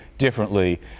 differently